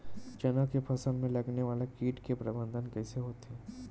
चना के फसल में लगने वाला कीट के प्रबंधन कइसे होथे?